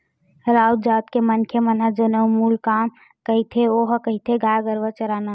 राउत जात के मनखे मन के जउन मूल काम रहिथे ओहा रहिथे गाय गरुवा चराना